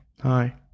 Hi